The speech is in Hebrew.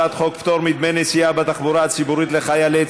הצעת חוק פטור מדמי נסיעה בתחבורה ציבורית לחיילי